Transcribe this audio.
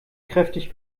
kräftig